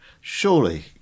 surely